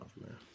man